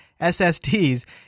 SSDs